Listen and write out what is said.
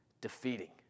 defeating